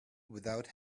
without